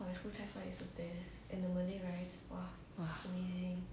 !wah!